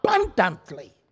abundantly